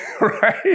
right